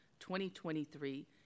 2023